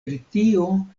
britio